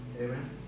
Amen